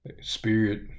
Spirit